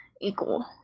equal